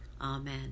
Amen